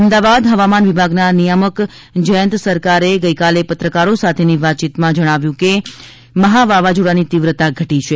અમદાવાદ હવામાન વિભાગના નિયામક જયંત સરકારે ગઇકાલે પત્રકારો સાથેની વાતયીતમાં જણાવ્યું હતું કે મહાવાવાઝોડાની તીવ્રતા ઘટી છે